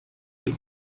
viel